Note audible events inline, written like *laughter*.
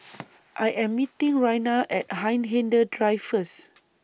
*noise* I Am meeting Raina At Hindhede Drive First